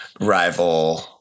rival